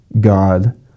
God